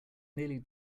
nearly